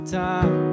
time